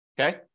Okay